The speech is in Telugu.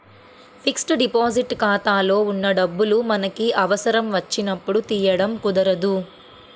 ఫిక్స్డ్ డిపాజిట్ ఖాతాలో ఉన్న డబ్బులు మనకి అవసరం వచ్చినప్పుడు తీయడం కుదరదు